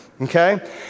okay